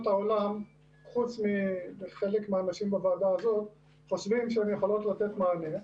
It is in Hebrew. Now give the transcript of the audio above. העולם חוץ מחלק מהאנשים בוועדה הזו - חושבים שהם יכולים לתת מענה.